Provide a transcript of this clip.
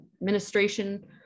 administration